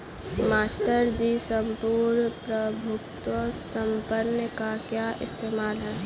Master ji सम्पूर्ण प्रभुत्व संपन्न का क्या इस्तेमाल है?